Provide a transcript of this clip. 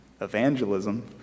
evangelism